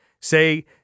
say